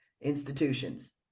institutions